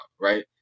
right